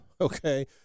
okay